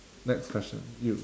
next question you